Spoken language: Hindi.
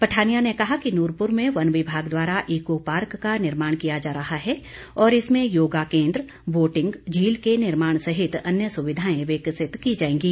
पठानिया ने कहा कि नूरपुर में वन विभाग द्वारा ईको पार्क का निर्माण किया जा रहा है और इसमें योगा केंद्र बोटिंग झील के निर्माण सहित अन्य सुविधाएं विकसित की जाएंगी